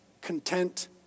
content